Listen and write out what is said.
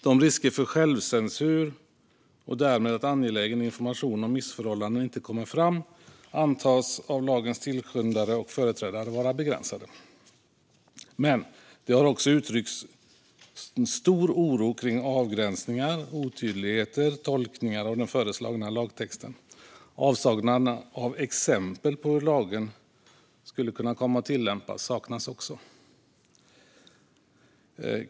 De risker för självcensur och att angelägen information om missförhållanden därmed inte kommer fram antas av lagens tillskyndare och förespråkare vara begränsade. Men det har också uttryckts en stor oro kring avgränsningar, otydligheter och tolkningar av den föreslagna lagtexten. Exempel på hur lagen skulle komma att tillämpas saknas också.